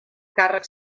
càrrec